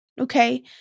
Okay